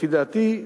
לפי דעתי,